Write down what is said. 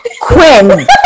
Quinn